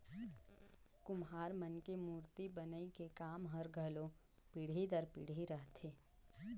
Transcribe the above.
कुम्हार मन के मूरती बनई के काम हर घलो पीढ़ी दर पीढ़ी रहथे